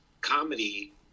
comedy